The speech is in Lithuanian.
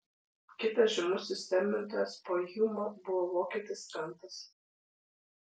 kitas žymus sistemintojas po hjumo buvo vokietis kantas